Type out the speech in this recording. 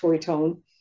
tone